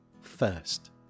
first